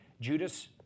Judas